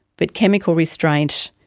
but chemical restraint,